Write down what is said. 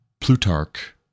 Plutarch